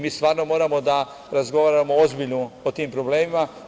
Mi stvarno moramo da razgovaramo ozbiljno o tim problemima.